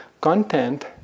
content